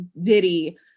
Diddy